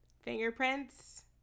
fingerprints